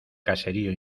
caserío